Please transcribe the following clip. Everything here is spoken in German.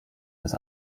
des